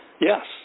Yes